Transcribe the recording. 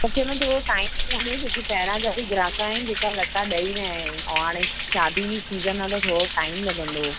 मुखे न थोड़ो टाइम हूंदो जोकी पहिरां जा बि गिराक आहिनि जेका लटा ॾई विया अहिनि अऊं हाणे शादी जी सिज़न आहे त थोड़ो टाइम लगंदो